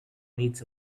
needs